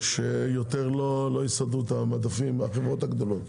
שיותר לא יסדרו את המדפים בחברות הגדולות.